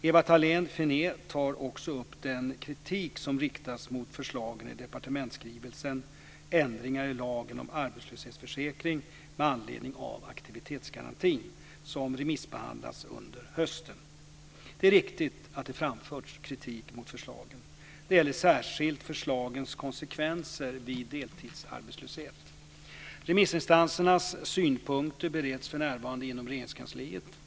Ewa Thalén Finné tar också upp den kritik som riktats mot förslagen i departementsskrivelsen Ändringar i lagen om arbetslöshetsförsäkring med anledning av aktivitetsgarantin som remissbehandlats under hösten. Det är riktigt att det framförts kritik mot förslagen. Det gäller särskilt förslagens konsekvenser vid deltidsarbetslöshet. Remissinstansernas synpunkter bereds för närvarande inom Regeringskansliet.